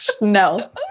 No